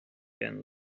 again